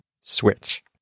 switch